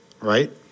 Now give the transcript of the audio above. right